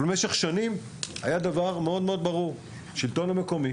אבל במשך שנים היה דבר ברור מאוד השלטון המקומי